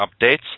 updates